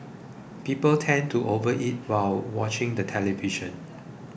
people tend to overeat while watching the television